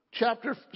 Chapter